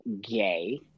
gay